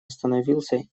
остановился